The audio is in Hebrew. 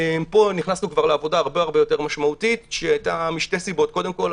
פה כבר נכנסנו לעבודה הרבה יותר משמעותית משתי סיבות: קודם כול,